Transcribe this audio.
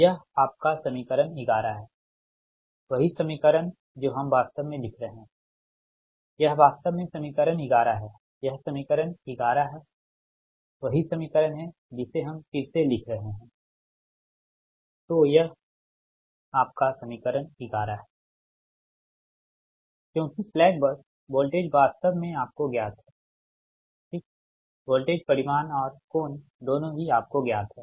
यह आपका समीकरण 11 है वही समीकरण जो हम वास्तव में लिख रहे हैं यह वास्तव में समीकरण 11 है यह समीकरण 11 है वही समीकरण है जिसे हम फिर से लिख रहे हैं Vi1YiiPi j QiVi k 1 k i4Yik Vkfor i 1234 but i1 क्योंकि स्लैक बस वोल्टेज वास्तव में आपको ज्ञात है ठीक वोल्टेज परिमाण और कोण दोनों ही आपको ज्ञात हैं